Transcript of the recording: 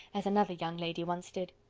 as another young lady once did.